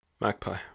Magpie